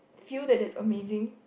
feel that that's amazing